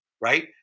right